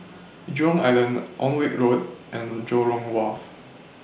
Jurong Island Alnwick Road and Jurong Wharf